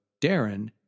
darren